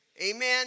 Amen